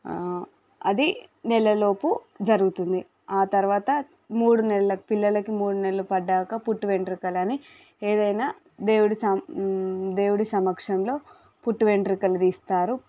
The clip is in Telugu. అది నెలలోపు జరుగుతుంది ఆ తర్వాత మూడు నెలల పిల్లలకు మూడు నెలలు పడినాక పుట్టు వెంట్రుకలు అని ఏదైనా దేవుడి సం దేవుడి సమక్షంలో పుట్టిన వెంట్రుకలు తీస్తారు